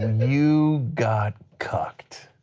you got cucked.